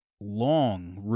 long